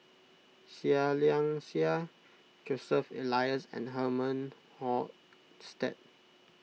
Seah Liang Seah Joseph Elias and Herman Hochstadt